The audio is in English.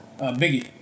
Biggie